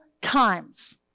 times